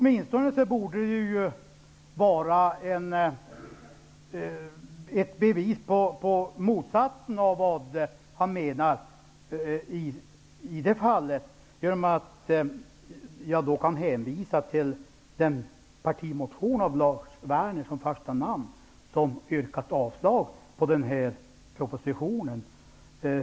Det borde åtminstone vara ett bevis på motsatsen att jag kan hänvisa till vår partimotion med Lars Werner som första namn. Där yrkar vi avslag på den här propositionen.